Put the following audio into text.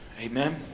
Amen